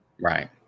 Right